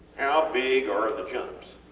how big are the jumps?